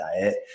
diet